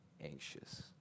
anxious